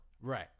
Right